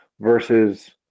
versus